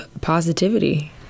positivity